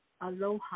aloha